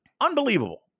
unbelievable